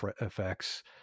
effects